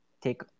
take